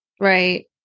Right